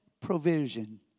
provision